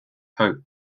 hope